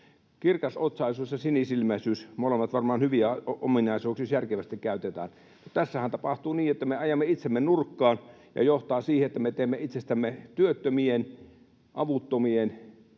kirkasotsaisuus ja sinisilmäisyys — molemmat varmaan hyviä ominaisuuksia, jos järkevästi käytetään — tässähän tapahtuu niin, että me ajamme itsemme nurkkaan, ja johtaa siihen, että me teemme itsestämme työttömien, avuttomien